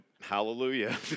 Hallelujah